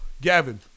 Gavin